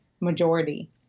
majority